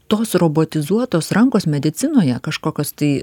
tos robotizuotos rankos medicinoje kažkokios tai